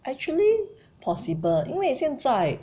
actually possible 因为现在